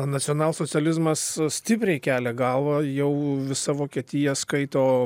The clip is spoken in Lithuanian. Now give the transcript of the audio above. nacionalsocializmas stipriai kelia galvą jau visa vokietija skaito